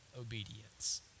obedience